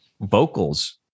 vocals